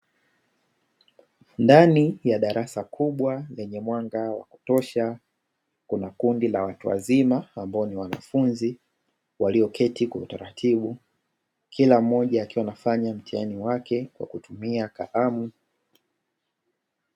Ndani ya darasa kubwa lenye mwanga wa kutosha kuna kundi la watu wazima, ambao ni wanafunzi walioketi kwa utaratibu kila mmoja akiwa anafanya mtihani wake kwa kutumia kalamu.